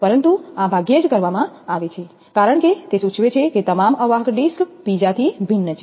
પરંતુ આ ભાગ્યે જ કરવામાં આવે છે કારણ કે તે સૂચવે છે કે તમામ અવાહક ડિસ્ક્સ બીજાથી ભિન્ન છે